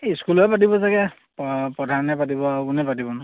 স্কুলে পাতিব চাগে প প্ৰধানে পাতিব আৰু কোনে পাতিবনো